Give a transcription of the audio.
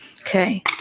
Okay